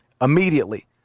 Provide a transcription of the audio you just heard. Immediately